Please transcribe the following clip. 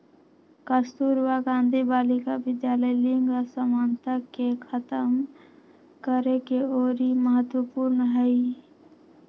कस्तूरबा गांधी बालिका विद्यालय लिंग असमानता के खतम करेके ओरी महत्वपूर्ण हई